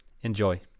Enjoy